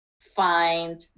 find